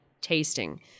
tasting